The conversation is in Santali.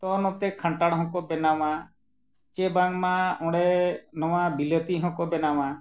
ᱛᱚ ᱱᱚᱛᱮ ᱠᱟᱱᱴᱷᱟᱲ ᱦᱚᱸᱠᱚ ᱵᱮᱱᱟᱣᱟ ᱥᱮ ᱵᱟᱝᱢᱟ ᱚᱸᱰᱮ ᱱᱚᱣᱟ ᱵᱤᱞᱟᱹᱛᱤ ᱦᱚᱸᱠᱚ ᱵᱮᱱᱟᱣᱟ